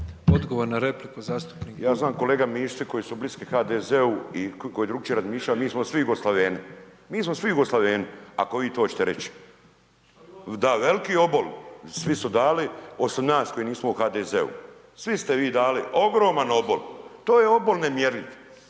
Odgovor na repliku zastupnik Bulj. **Bulj, Miro (MOST)** Ja znam kolega Mišić koji su bliski HDZ-u i koji drugačije razmišljaju, mi smo svi Jugoslaveni, mi smo svi Jugoslaveni ako vi to hoćete reći. .../Upadica se ne čuje./... Da, veliki obol, svi su dali osim nas koji nismo u HDZ-u. Svi ste vi dali ogroman obol, to je obol nemjerljiv